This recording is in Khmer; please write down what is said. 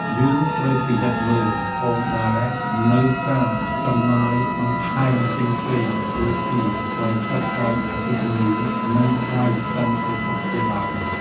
យើងត្រូវពិនិត្យមើលផងដែរនូវការចំណាយបន្ថែមផ្សេងៗ ដូចជាថ្លៃទឹក ថ្លៃអគ្គិសនី និងថ្លៃសន្តិសុខជាដើម។